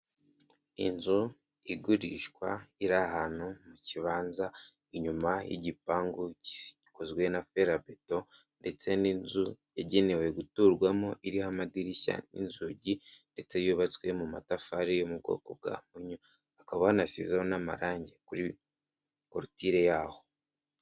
Inzu igurishwa, iri ahantu mu kibanza, inyuma y'igipangu gikozwe na ferabeto ndetse n'inzu yagenewe guturwamo, iriho amadirishya n'inzugi ndetse yubatswe mu matafari yo mu bwoko bwa funyo, hakaba hanasizeho n'amarangi kuri korotire yaho.